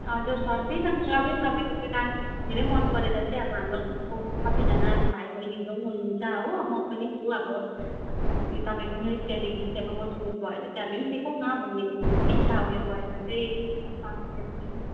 हजुर सर त्यही त मलाई पनि तपाईँको त्यो डान्स धरै मन परेर चाहिँ अब हाम्रो गाउँको कतिजना भाइ बहिनीहरू पनि हुनुहुन्छ हो म पनि छु अब तपाईँको नृत्य देखेर चाहिँ अब मोटिभेट भएर चाहिँ हामी पनि सिकौँ न भन्ने इच्छा उयो भएर चाहिँ